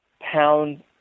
pound